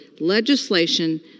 legislation